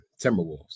Timberwolves